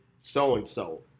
so-and-so